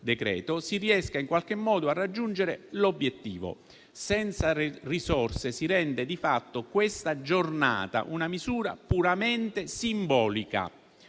decreto, si riesca in qualche modo a raggiungere l'obiettivo. Senza risorse, si rende di fatto questa giornata una misura puramente simbolica.